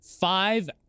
five